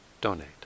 donate